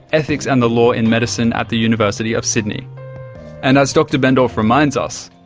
ethics and the law in medicine at the university of sydney and, as dr bendorf reminds us,